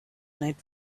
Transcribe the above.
night